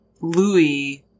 Louis